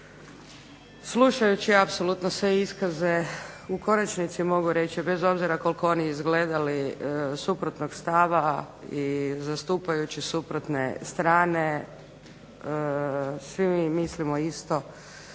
slušajući apsolutno sve iskaze u konačnici mogu reći, bez obzira koliko oni izgledali suprotnog stava i zastupajući suprotne strane svi mi mislimo isto